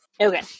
okay